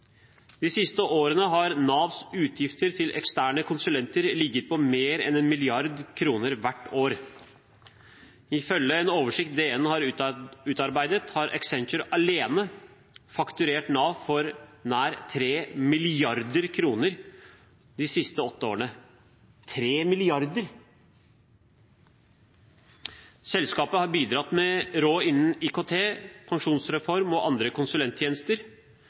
De siste årene har Navs utgifter til eksterne konsulenter ligget på mer enn 1 mrd. kr hvert år. Ifølge en oversikt DN har utarbeidet, har Accenture alene fakturert Nav for nær 3 mrd. kr de siste åtte årene – 3 mrd. kr! Selskapet har bidratt med råd innen IKT, pensjonsreform og «andre konsulenttjenester»